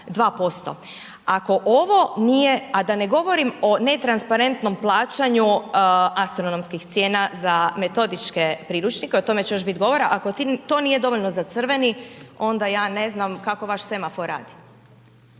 Ako ovo nije, a da ne govorim o netransparentnom plaćanju astronomskih cijena za metodičke priručnike, o tome će još bit govora, ako to nije dovoljno za crveni, onda ja ne znam kako vaš semafor radi.